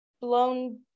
Blown